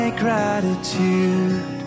gratitude